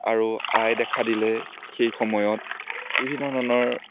আৰু আই দেখা দিলে সেই সময়ত বিভিন্ন ধৰণৰ